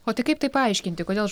o tai kaip tai paaiškinti kodėl